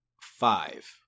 Five